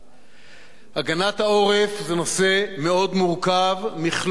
הגנת העורף זה נושא מאוד מורכב, מכלול מורכב,